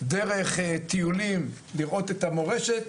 דרך טיולים לראות את המורשת,